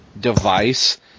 device